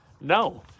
No